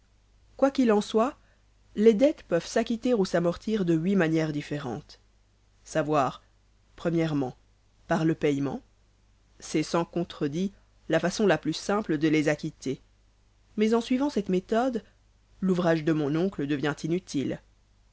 quoi qu'il en soit les dettes peuvent s'acquitter ou s'amortir de huit manières différentes savoir o par le paiement c'est sans contredit la façon la plus simple de les acquitter mais en suivant cette méthode l'ouvrage de mon oncle devient inutile